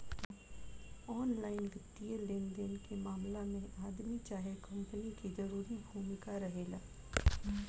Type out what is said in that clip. online वित्तीय लेनदेन के मामला में आदमी चाहे कंपनी के जरूरी भूमिका रहेला